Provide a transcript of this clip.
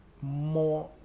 more